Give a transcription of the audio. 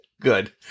Good